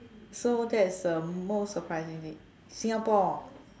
so that is the most surprising thing Singapore